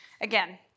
Again